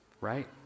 right